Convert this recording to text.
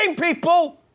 people